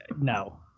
no